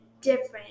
different